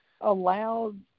allowed